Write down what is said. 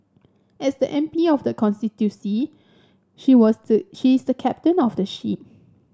as the M P of the constituency she was the she is the captain of the ship